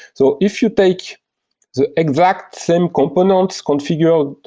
so if you take the exact same component configured